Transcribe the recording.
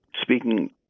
speaking